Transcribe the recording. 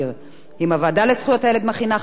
אם הוועדה לזכויות הילד מכינה חקיקה,